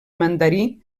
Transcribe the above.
mandarí